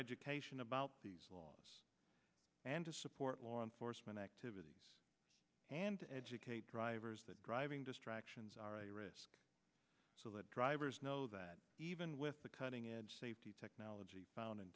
raja cation about these laws and to support law enforcement activities and to educate drivers that driving distractions are a risk so that drivers know that even with the cutting edge safety technology found in